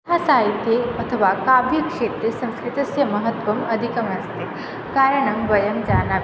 कथासाहित्ये अथवा काव्यक्षेत्रे संस्कृतस्य महत्वम् अधिकमस्ति कारणं वयं जानामि